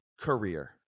career